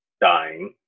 dying